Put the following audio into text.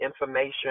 information